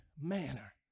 manner